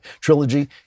trilogy